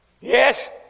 Yes